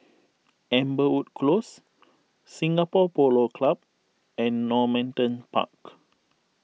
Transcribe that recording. Amberwood Close Singapore Polo Club and Normanton Park